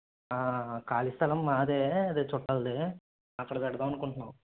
ఖాళీ స్థలం మాదే అదే చుట్టాలది అక్కడ పెడదాం అనుకుంటున్నాం